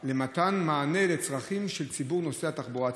למתן מענה על צרכים של ציבור נוסעי התחבורה הציבורית.